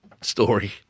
story